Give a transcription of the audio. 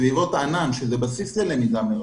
סביבות הענן, שהן בסיס ללמידה מרחוק,